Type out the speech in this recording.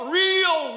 real